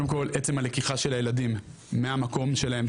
קודם כל עצם הלקיחה של הילדים מהמקום שלהם,